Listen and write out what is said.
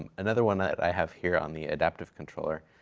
and another one i have here on the adaptive controller.